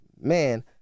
man